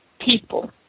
people